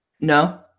No